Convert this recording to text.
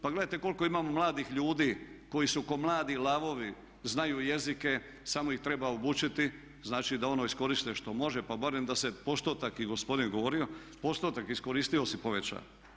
Pa gledajte koliko imamo mladih ljudi koji su kao mladi lavovi, znaju jezike, samo ih treba obučiti, znači da iskoriste ono što može, pa barem da se postotak i gospodin je govorio, postotak iskoristivosti poveća.